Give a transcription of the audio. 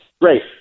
great